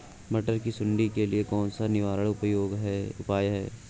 मटर की सुंडी के लिए कौन सा निवारक उपाय है?